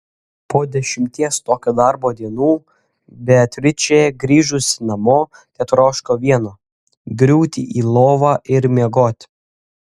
po dešimties tokio darbo dienų beatričė grįžusi namo tetroško vieno griūti į lovą ir miegoti